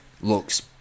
...looks